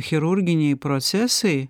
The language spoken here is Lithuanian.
chirurginiai procesai